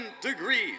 degrees